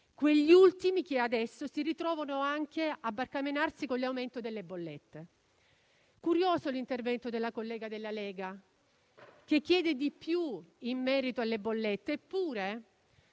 agli ultimi, che adesso si ritrovano anche a barcamenarsi con l'aumento delle bollette. È curioso l'intervento della collega della Lega, che chiede di più in merito alle bollette. Eppure